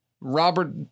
Robert